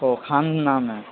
اوہ خان نام ہے